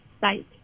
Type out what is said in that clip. site